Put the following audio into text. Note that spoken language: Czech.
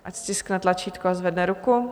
Ať stiskne tlačítko a zvedne ruku.